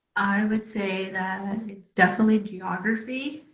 i would say that it is definitely geography.